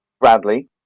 Bradley